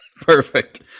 Perfect